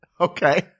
Okay